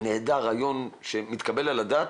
נהדר ורעיון שמתקבל על הדעת,